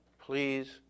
please